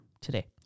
today